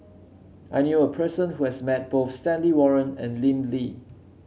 I knew a person who has met both Stanley Warren and Lim Lee